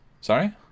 Sorry